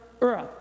earth